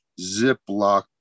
Ziploc